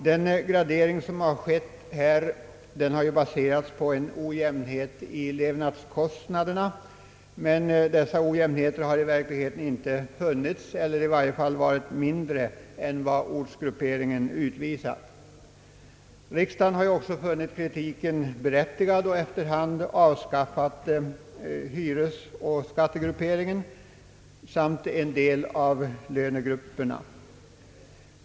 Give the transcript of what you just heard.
Den gradering som skett här har baserats på ojämnheter i levnadskostnaderna, men dessa ojämnheter har i verkligheten inte funnits eller i varje fall varit mindre än vad ortsgrupperingen utvisat. Riksdagen har också funnit kritiken berättigad och efter hand avskaffat hyresoch skattegrupperingen samt en del av lönegrupperna.